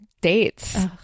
dates